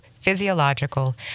physiological